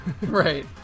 Right